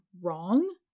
wrong